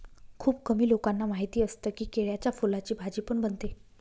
खुप कमी लोकांना माहिती असतं की, केळ्याच्या फुलाची भाजी पण बनते